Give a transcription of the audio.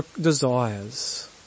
desires